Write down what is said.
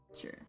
Sure